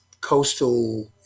coastal